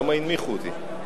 למה הנמיכו אותי?